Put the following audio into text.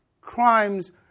crimes